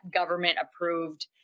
government-approved